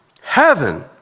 Heaven